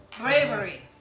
Bravery